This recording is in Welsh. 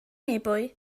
ebwy